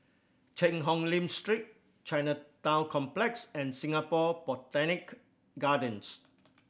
Cheang Hong Lim Street Chinatown Complex and Singapore Botanic Gardens